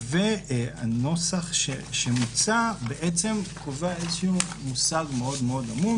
והנוסח שמוצע בעצם קובע איזשהו מושג מאוד עמום,